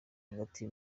hagati